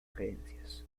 creencias